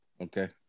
Okay